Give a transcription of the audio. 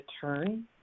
turn